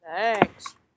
Thanks